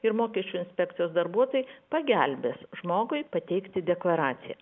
ir mokesčių inspekcijos darbuotojai pagelbės žmogui pateikti deklaraciją